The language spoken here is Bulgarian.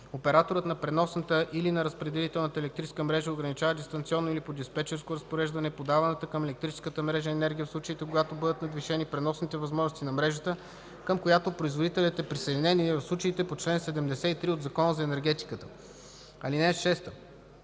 Операторът на преносната или на разпределителната електрическа мрежа ограничава дистанционно или по диспечерско разпореждане подаваната към електрическата мрежа енергия, в случаите когато бъдат надвишени преносните възможности на мрежата, към която производителят е присъединен или в случаите по чл. 73 от Закона за енергетиката. (6)